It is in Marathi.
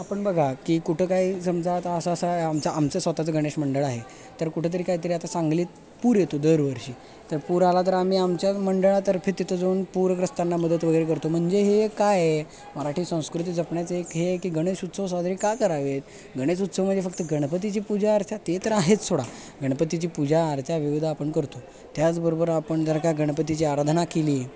आपण बघा की कुठं काही समजा आता असा असा आमचं आमचं स्वतःचं गणेशमंडळ आहे तर कुठंतरी कायतरी आता सांगलीत पूर येतो दरवर्षी तर पूर आला तर आम्ही आमच्या मंडळातर्फे तिथं जाऊन पूरग्रस्तांना मदत वगैरे करतो म्हणजे हे काय आहे मराठी संस्कृती जपण्याचं एक हे आहे की गणेश उत्सव साजरे का करावे गणेश उत्सव म्हणजे फक्त गणपतीची पूजा अर्चा ते तर आहेच सोडा गणपतीची पूजा अर्चा विविध आपण करतो त्याचबरोबर आपण जर का गणपतीची आराधना केली